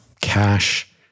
cash